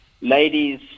ladies